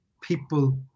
people